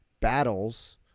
battles